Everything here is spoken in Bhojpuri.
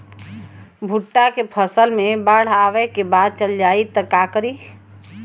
भुट्टा के फसल मे बाढ़ आवा के बाद चल जाई त का करी?